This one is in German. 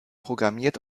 programmiert